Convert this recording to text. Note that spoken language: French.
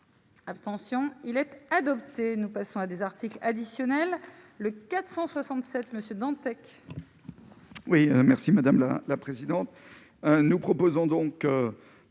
Abstention : il est adopté, nous passons à des articles additionnels le 467 monsieur Dantec.